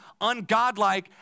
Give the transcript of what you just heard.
ungodlike